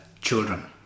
children